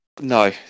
No